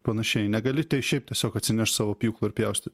panašiai negali šiaip tiesiog atsinešt savo pjūklą ir pjaustyt